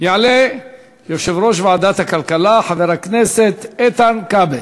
יעלה יושב-ראש ועדת הכלכלה חבר הכנסת איתן כבל.